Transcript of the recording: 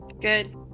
Good